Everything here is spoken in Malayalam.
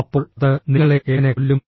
അപ്പോൾ അത് നിങ്ങളെ എങ്ങനെ കൊല്ലും